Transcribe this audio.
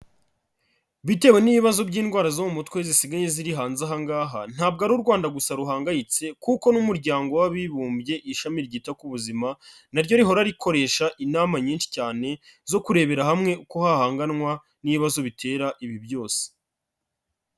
Bitewe n'ibibazo by'indwara zo mu mutwe zisigaye ziri hanze aha ngaha, ntabwo ari u Rwanda gusa ruhangayitse kuko n'Umuryango w'Abibumbye ishami ryita ku buzima, na ryo rihora rikoresha inama nyinshi cyane, zo kurebera hamwe uko hahanganwa n'ibibazo bitera ibi byose.